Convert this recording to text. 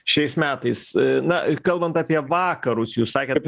šiais metais na kalbant apie vakarus jūs sakėt